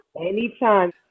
Anytime